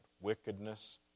wickedness